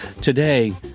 Today